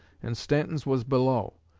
and stanton's was below.